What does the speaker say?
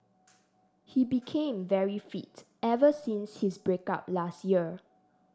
he became very fit ever since his break up last year